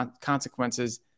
consequences